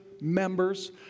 members